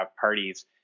parties